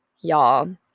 y'all